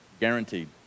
Guaranteed